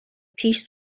پیش